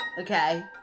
Okay